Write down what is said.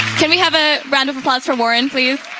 can we have a round of applause for warren, please?